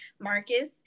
Marcus